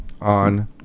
On